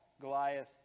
Goliath